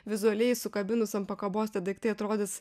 vizualiai sukabinus ant pakabos tie daiktai atrodys